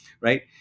right